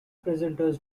presenters